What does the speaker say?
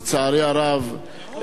לצערי הרב,